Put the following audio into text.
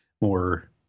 more